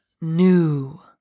new